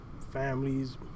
families